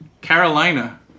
Carolina